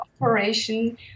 operation